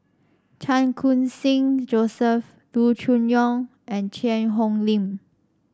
Chan Khun Sing Joseph Loo Choon Yong and Cheang Hong Lim